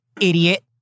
Idiot